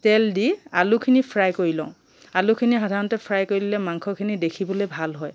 তেল দি আলুখিনি ফ্ৰাই কৰি লওঁ আলুখিনি সাধাৰণতে ফ্ৰাই কৰি ল'লে মাংসখিনি দেখিবলৈ ভাল হয়